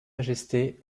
majesté